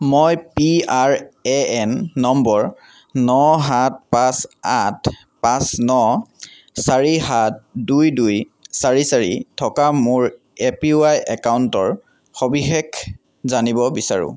মই P R A N নম্বৰ ন সাত পাঁচ আঠ পাঁচ ন চাৰি সাত দুই দুই চাৰি চাৰি থকা মোৰ এ পি ৱাই একাউণ্টৰ সবিশেষ জানিব বিচাৰোঁ